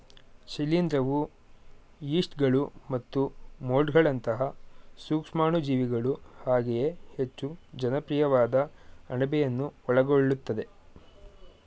ಶಿಲೀಂಧ್ರವು ಯೀಸ್ಟ್ಗಳು ಮತ್ತು ಮೊಲ್ಡ್ಗಳಂತಹ ಸೂಕ್ಷಾಣುಜೀವಿಗಳು ಹಾಗೆಯೇ ಹೆಚ್ಚು ಜನಪ್ರಿಯವಾದ ಅಣಬೆಯನ್ನು ಒಳಗೊಳ್ಳುತ್ತದೆ